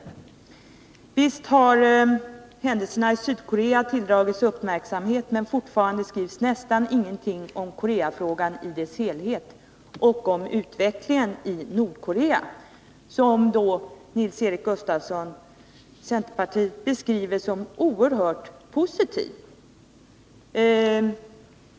Visst har händelserna i Sydkorea tilldragit sig uppmärksamhet, men fortfarande skrivs nästan ingenting om Koreafrågan i dess helhet och om utvecklingen i Nordkorea — som Nils-Eric Gustafsson beskriver som oerhört positiv.